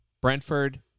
Brentford